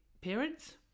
parents